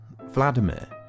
Vladimir